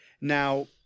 Now